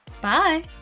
Bye